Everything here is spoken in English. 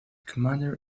commander